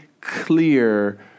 clear